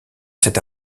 cette